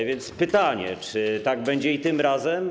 A więc pytanie, czy tak będzie i tym razem.